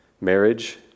marriage